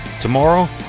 Tomorrow